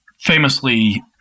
famously